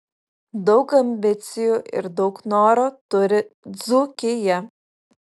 daug ambicijų ir daug noro turi dzūkija